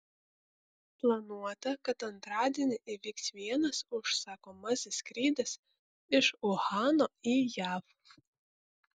planuota kad antradienį įvyks vienas užsakomasis skrydis iš uhano į jav